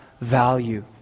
value